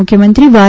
મુખ્યમંત્રી વાય